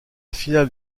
finale